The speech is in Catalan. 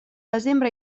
desembre